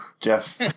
Jeff